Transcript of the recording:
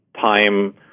time